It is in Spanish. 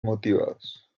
motivados